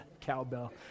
cowbell